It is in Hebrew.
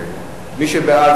מי שבעד,